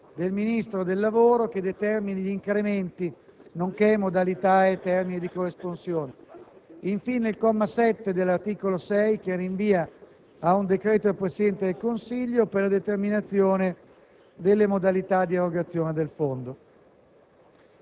prevede un decreto del Ministro del lavoro che determini incrementi, nonché modalità e termini di corresponsione; il comma 7 dell'articolo 6 rinvia ad un decreto del Presidente del Consiglio per la determinazione